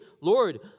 Lord